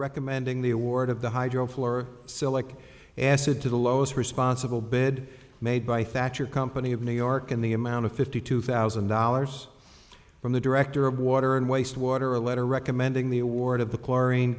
recommending the award of the hydro for select acid to the lowest responsible bed made by thatcher company of new york in the amount of fifty two thousand dollars from the director of water and waste water a letter recommending the award of